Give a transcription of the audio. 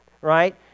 right